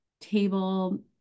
table